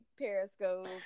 Periscope